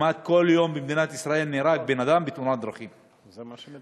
כמעט כל יום נהרג בן-אדם בתאונת דרכים במדינת ישראל,